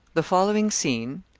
the following scene,